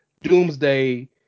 doomsday